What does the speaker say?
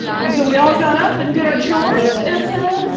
and so we all got up and did our chores and ah.